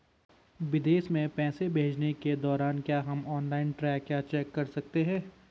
विदेश में पैसे भेजने के दौरान क्या हम ऑनलाइन ट्रैक या चेक कर सकते हैं?